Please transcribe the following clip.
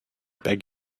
beg